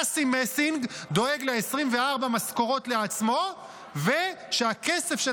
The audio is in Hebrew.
אסי מסינג דואג ל-24 משכורות לעצמו ושהכסף של